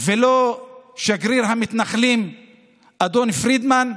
ולא שגריר המתנחלים אדון פרידמן,